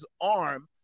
arm